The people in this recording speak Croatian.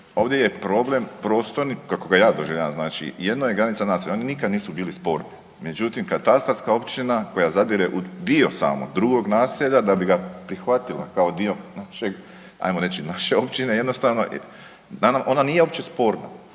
ovdje je problem prostorni, kako ga ja doživljavam, znači jedno je granica naselja, oni nikad nisu bili sporni, međutim, katastarska općina koja zadire u dio samo drugog naselja, da bi ga prihvatila kao dio našeg, ajmo reći, naše općine jednostavno, nama ona nije uopće sporna,